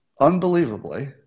unbelievably